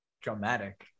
dramatic